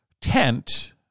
tent